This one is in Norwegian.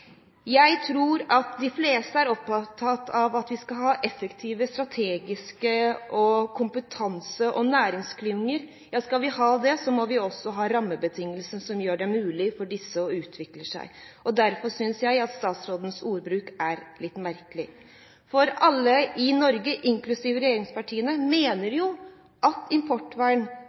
Jeg tror de fleste er opptatt av at vi skal ha effektive, strategiske og kompetente næringsklynger. Skal vi ha det, må vi også ha rammebetingelser som gjør det mulig for disse å utvikle seg, og derfor synes jeg statsrådens ordbruk er litt merkelig. Alle i Norge, inklusiv regjeringspartiene, mener jo at importvern